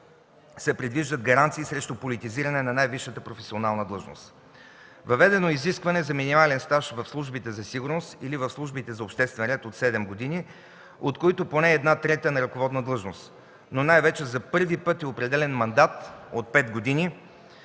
се предвиждат гаранции срещу политизиране на най-висшата професионална длъжност. Въведено е изискване за минимален стаж в службите за сигурност или в службите за обществен ред от 7 години, от които поне една трета на ръководна длъжност, но най-вече за първи път е определен мандат от 5 години.